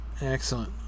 Excellent